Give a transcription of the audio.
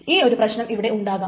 ഈ ഒരു പ്രശ്നം ഇവിടെ ഉണ്ടാകാം